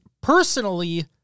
personally